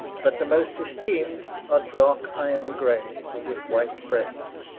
but the most esteemed are dark iron-grey, with white breast.